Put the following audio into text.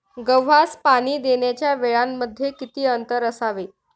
गव्हास पाणी देण्याच्या वेळांमध्ये किती अंतर असावे?